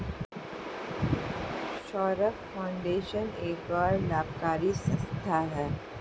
Saurabh foundation एक गैर लाभकारी संस्था है